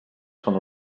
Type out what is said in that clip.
són